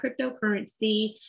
cryptocurrency